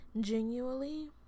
genuinely